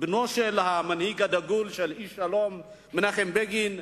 בנו של המנהיג הדגול, של איש השלום מנחם בגין.